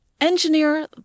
Engineer